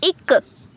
ਇੱਕ